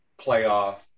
playoff